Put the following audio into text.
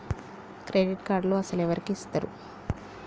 Credit కార్డులు అసలు ఎవరికి ఇస్తారు?